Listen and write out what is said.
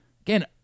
again